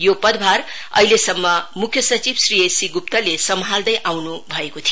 यो पदभार अहिलेसम्म मुख्य सचिव श्री एसी गुप्ताले सम्हाल्दै आउन् भएको थियो